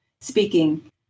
speaking